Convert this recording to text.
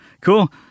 Cool